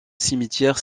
cimetière